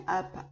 up